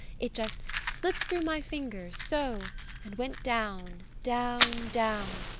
it just slipped through my fingers so and went down down down